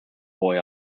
boy